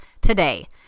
today